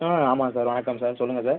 ஆ ஆமாம் சார் வணக்கம் சார் சொல்லுங்கள் சார்